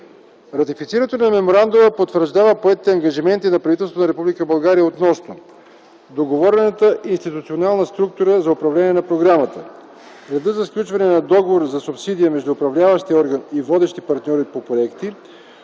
Ратифицирането на Меморандума потвърждава поетите ангажименти на правителството на Република България относно: договорената институционална структура за управление на програмата; реда за сключване на договор за субсидия между Управляващия орган и водещи партньори по проекти;